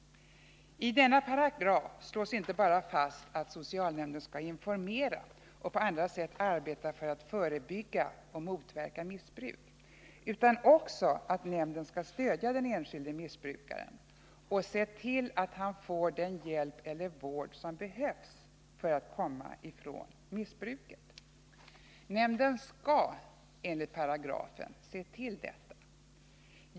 I den slås inte bara fast att socialnämnden skall informera och på andra sätt arbeta för att förebygga och motverka missbruk utan också att ”nämnden skall även stödja den enskilde missbrukaren och se till att han får den hjälp eller vård som behövs för att komma ifrån missbruket”. Nämnden skall enligt paragrafen se till detta.